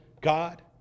God